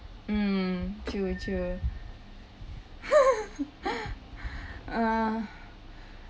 mm true true uh